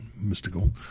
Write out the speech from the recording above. mystical